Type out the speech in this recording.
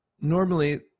normally